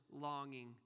longing